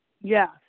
Yes